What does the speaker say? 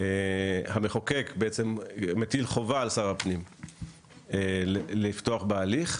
המחוקק מטיל חובה על שר הפנים לפתוח בהליך.